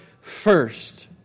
first